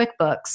QuickBooks